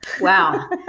Wow